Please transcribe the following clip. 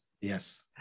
Yes